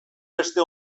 beste